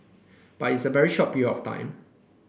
but it's a very short period of time